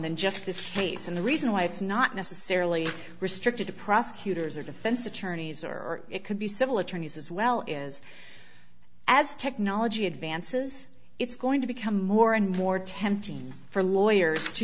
than just this case and the reason why it's not necessarily restricted to prosecutors or defense attorneys or it could be civil attorneys as well is as technology advances it's going to become more and more tempting for lawyers to